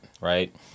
right